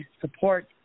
support